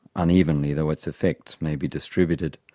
unevenly though its effects may be distributed.